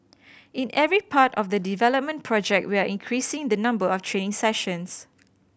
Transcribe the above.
in every part of the development project we are increasing the number of training sessions